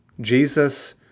Jesus